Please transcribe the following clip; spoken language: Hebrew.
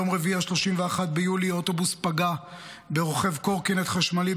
ביום רביעי 31 ביולי אוטובוס פגע ברוכב קורקינט חשמלי,